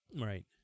Right